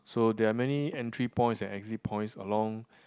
so there are many entry points and exit points along